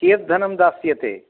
कियत् धनं दास्यते